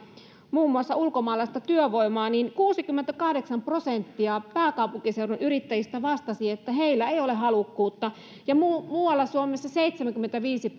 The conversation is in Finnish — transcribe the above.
muun muassa ulkomaalaista työvoimaa niin kuusikymmentäkahdeksan prosenttia pääkaupunkiseudun yrittäjistä vastasi että heillä ei ole halukkuutta ja muualla suomessa seitsemänkymmentäviisi